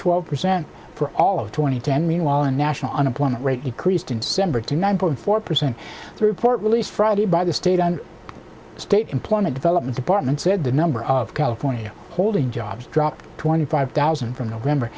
twelve percent for all of twenty ten meanwhile a national unemployment rate increased in simberg to nine point four percent the report released friday by the state and state employment development department said the number of california holding jobs dropped twenty five thousand from november